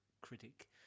critic